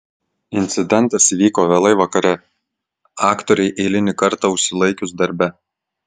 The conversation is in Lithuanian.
incidentas įvyko vėlai vakare aktorei eilinį kartą užsilaikius darbe